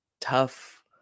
tough